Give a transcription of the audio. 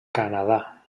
canadà